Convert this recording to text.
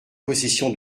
possession